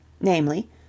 namely